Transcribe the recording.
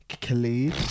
Khalid